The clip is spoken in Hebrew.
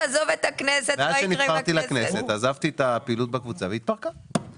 מאז שנבחרתי לכנסת עזבתי את הפעילות בקבוצה והיא התפרקה.